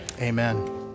amen